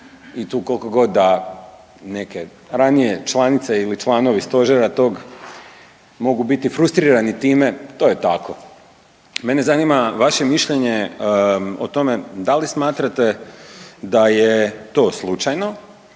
i tu koliko god da neke ranije članice ili članovi Stožera tog mogu biti frustrirani time, to je tako. Mene zanima vaše mišljenje o tome da li smatrate da je to slučajno